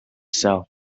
sell